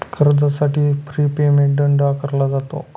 कर्जासाठी prepayment दंड आकारला जातो का?